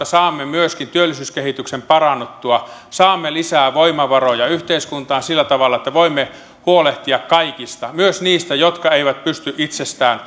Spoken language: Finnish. saamme myöskin työllisyyskehityksen parannuttua lisää voimavaroja yhteiskuntaan sillä tavalla että voimme huolehtia kaikista myös niistä jotka eivät pysty itsestään